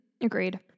Agreed